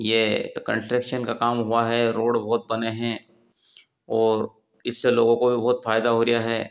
ये कंट्रेक्शन का काम हुआ हे रोड बहुत बने हैं और इससे लोगों को बहुत फायदा हो रहा है